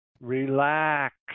Relax